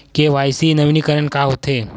KYC नवीनीकरण का होथे?